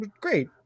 great